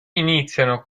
iniziano